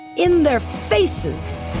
in their faces,